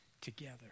together